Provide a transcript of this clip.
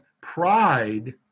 pride